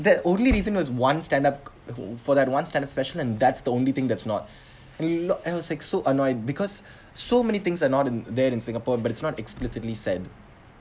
that only reason was one stand-up for that one stand-up special and that's the only thing that's not mm l was like so annoyed because so many things are not in there in singapore but it's not explicitly said